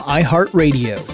iHeartRadio